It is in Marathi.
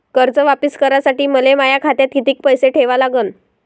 कर्ज वापिस करासाठी मले माया खात्यात कितीक पैसे ठेवा लागन?